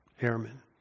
airmen